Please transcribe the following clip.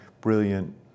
brilliant